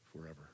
forever